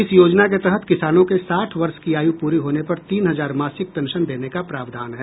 इस योजना के तहत किसानों के साठ वर्ष की आयु पूरा होने पर तीन हजार मासिक पेंशन देने का प्रावधान है